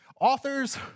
authors